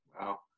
wow